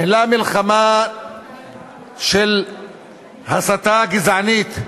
ניהלה מלחמה של הסתה גזענית,